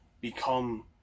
become